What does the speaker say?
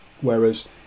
Whereas